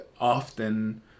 often